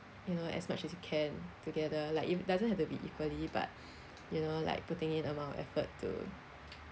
you know as much as you can together like it doesn't have to be equally but you know like putting in amount of effort to